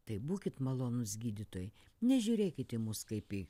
tai būkit malonūs gydytojai nežiūrėkit į mus kaip į